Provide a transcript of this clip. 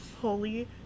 holy